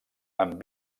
amb